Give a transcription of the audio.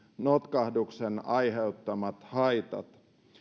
notkahduksen aiheuttamat haitat